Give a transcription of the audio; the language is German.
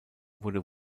wurde